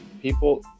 People